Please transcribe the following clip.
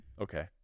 Okay